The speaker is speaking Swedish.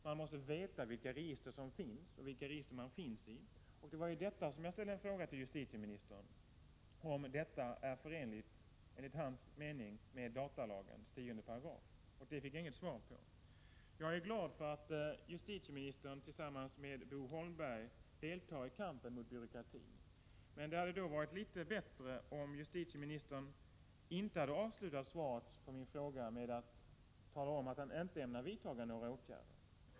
Man måste veta vilka register som finns och vilka register man finns i. Det var om detta som jag ställde en fråga till justitieministern. Jag frågade om detta enligt justitieministerns mening är förenligt med datalagens 10 §. Den frågan fick jag inget svar på. Jag är glad för att justitieministern tillsammans med Bo Holmberg deltar i kampen mot byråkratin, men det hade varit bättre om justitieministern inte 139 hade avslutat svaret på min fråga med att tala om att han inte ämnar vidta några åtgärder.